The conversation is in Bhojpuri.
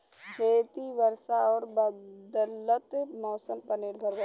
खेती वर्षा और बदलत मौसम पर निर्भर बा